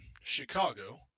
Chicago